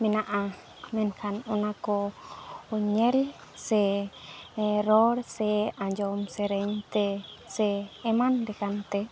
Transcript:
ᱢᱮᱱᱟᱜᱼᱟ ᱢᱮᱱᱠᱷᱟᱱ ᱚᱱᱟᱠᱚ ᱧᱮᱞ ᱥᱮ ᱨᱚᱲ ᱥᱮ ᱟᱸᱡᱚᱢ ᱥᱮᱨᱮᱧᱛᱮ ᱥᱮ ᱮᱢᱟᱱ ᱞᱮᱠᱟᱱᱛᱮ